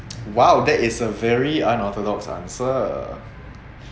!wow! that is a very unorthodox answer